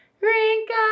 Rinka